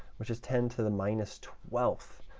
which is ten to the minus twelfth,